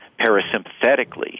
parasympathetically